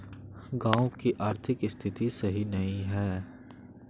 गाँव की आर्थिक स्थिति सही नहीं है?